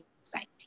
anxiety